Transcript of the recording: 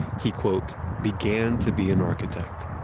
he quote, began to be an architect.